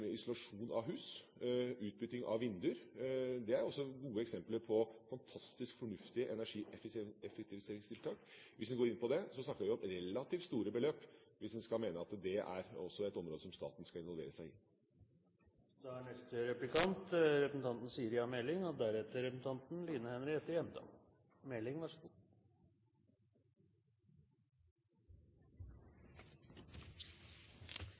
isolasjon av hus, utbytting av vinduer. Det er også gode eksempler på fantastiske, fornuftige energieffektiviseringstiltak. Hvis en går inn på det, snakker vi om relativt store beløp, hvis en skal mene at det også er et område som staten skal involvere seg i. For Høyre er energieffektivisering viktig, og